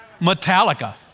Metallica